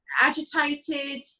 agitated